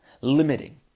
limiting